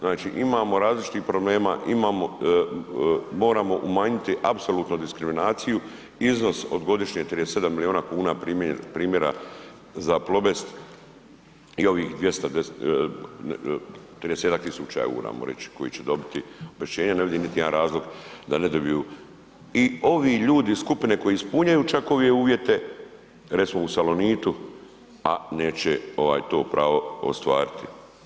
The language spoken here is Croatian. Znači, imamo različitih problema, imamo, moramo umanjiti apsolutno diskriminaciju, iznos od godišnje 37 milijuna kuna, primjera za Plobest i ovih 200, 30-tak tisuća EUR-a ajmo reć koji će dobiti obeštećenje, ne vidim niti jedan razlog da ne dobiju i ovi ljudi iz skupine koji ispunjaju čak ove uvjete, recimo u Salonitu, a neće to pravo ostvariti.